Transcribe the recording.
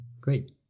Great